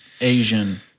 asian